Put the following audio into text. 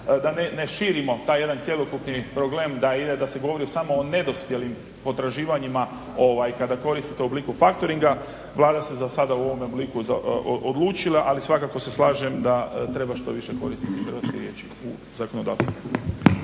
da ne širimo taj jedan cjelokupni problem da se govori samo o nedospjelim potraživanjima kada koristite u obliku factoringa, Vlada se za sada u ovome obliku odlučila, ali svakako se slažem da treba što više koristiti hrvatske riječi u zakonodavstvu.